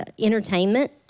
entertainment